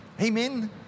Amen